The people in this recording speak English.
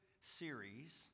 series